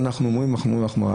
רק אז מחמירים.